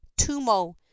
Tumo